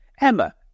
Emma